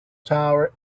tower